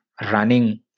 running